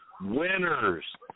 winners